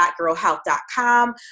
BlackGirlHealth.com